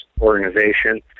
organization